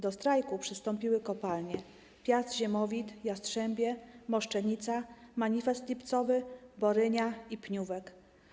Do strajku przystąpiły kopalnie Piast, Ziemowit, Jastrzębie, Moszczenica, Manifest Lipcowy, Borynia i Pniówek.